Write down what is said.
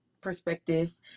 perspective